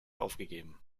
aufgegeben